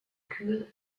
kühl